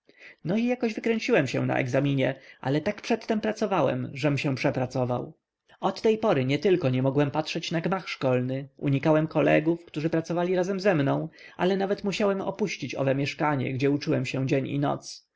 no i jakoś wykręciłem się na egzaminie ale tak przedtem pracowałem żem się przepracował od tej pory nietylko nie mogłem patrzeć na gmach szkolny unikałem kolegów którzy pracowali razem ze mną ale nawet musiałem opuścić owe mieszkanie gdzie uczyłem się dzień i noc